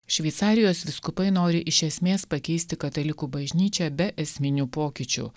šveicarijos vyskupai nori iš esmės pakeisti katalikų bažnyčią be esminių pokyčių